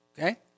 Okay